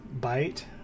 bite